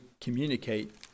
communicate